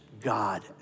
God